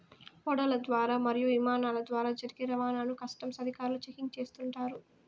ఓడల ద్వారా మరియు ఇమానాల ద్వారా జరిగే రవాణాను కస్టమ్స్ అధికారులు చెకింగ్ చేస్తుంటారు